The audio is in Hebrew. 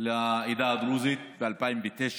לעדה הדרוזית ב-2009,